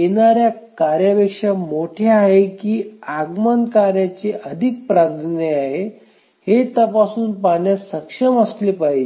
येणार्या कार्यापेक्षा मोठे आहे की आगमन कार्यचे अधिक प्राधान्य आहे हे तपासून पाहण्यास सक्षम असले पाहिजे